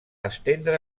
estendre